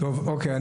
בבקשה.